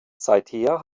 seither